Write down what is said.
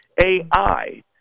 AI